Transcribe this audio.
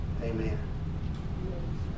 Amen